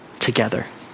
together